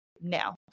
now